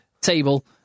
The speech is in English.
table